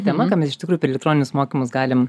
tema ką mes iš tikrųjų per elektroninius mokymus galim